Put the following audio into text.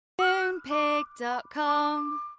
Moonpig.com